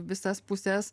visas puses